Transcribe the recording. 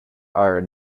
are